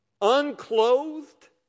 Unclothed